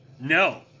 No